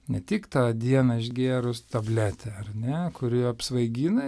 ne tik tą dieną išgėrus tabletę ar ne kuri apsvaigina